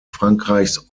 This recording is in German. frankreichs